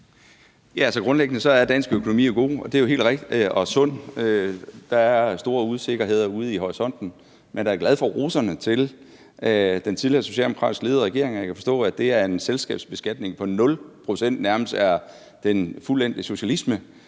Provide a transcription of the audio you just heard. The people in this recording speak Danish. Grundlæggende er dansk økonomi jo god og sund – det er rigtigt – men der er store usikkerheder ude i horisonten. Men jeg er da glad for roserne til den tidligere socialdemokratisk ledede regering, og jeg kan forstå, at en selskabsbeskatning på 0 pct. nærmest er den fuldendte socialisme.